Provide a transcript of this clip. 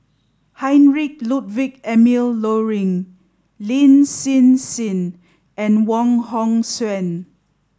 Heinrich Ludwig Emil Luering Lin Hsin Hsin and Wong Hong Suen